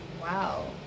Wow